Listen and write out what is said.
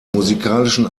musikalischen